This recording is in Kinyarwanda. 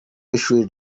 w’ishuri